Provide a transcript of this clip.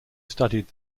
studied